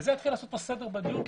הסדר במונחים יעשה גם סדר בדיון,